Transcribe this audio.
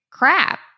crap